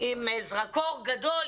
עם זרקור גדול,